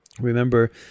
remember